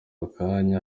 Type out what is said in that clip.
akanya